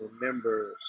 remember